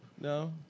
No